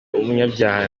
umunyabyaha